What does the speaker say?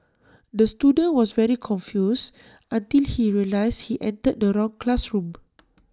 the student was very confused until he realised he entered the wrong classroom